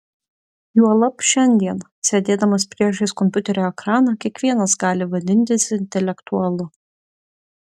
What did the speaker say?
juolab šiandien sėdėdamas priešais kompiuterio ekraną kiekvienas gali vadintis intelektualu